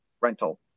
rental